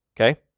Okay